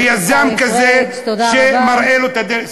ליזם כזה שמראה לו את הדרך?